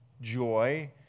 joy